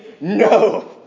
no